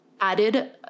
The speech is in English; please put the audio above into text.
added